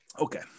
okay